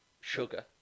sugar